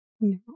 No